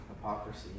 hypocrisy